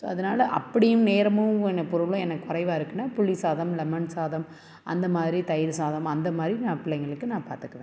so அதனால் அப்படியும் நேரமும் பொருளும் எனக்கு குறைவாருக்குனா புளி சாதம் லெமன் சாதம் அந்தமாதிரி தயிர் சாதம் அந்தமாதிரி நான் பிள்ளைங்களுக்கு நான் பாத்துக்குவன்